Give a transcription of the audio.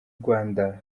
rwanda